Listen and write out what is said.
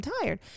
tired